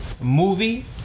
movie